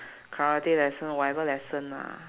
karate lesson whatever lesson lah